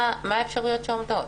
מה האפשרויות שעומדות?